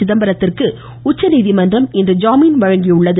சிதம்பரத்திற்கு உச்சநீதிமன்றம் இன்று ஜாமின் வழங்கியுள்ளது